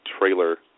trailer